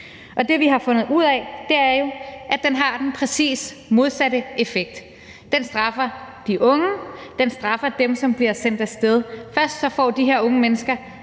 Og det, vi har fundet ud af, er jo, at den har præcis den modsatte effekt. Den straffer de unge; den straffer dem, som bliver sendt af sted. Først får de her unge mennesker